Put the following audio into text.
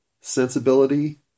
sensibility